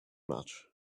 much